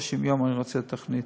30 יום תתבצע התוכנית.